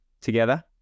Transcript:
together